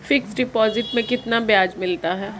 Fix deposit में कितना ब्याज मिलता है?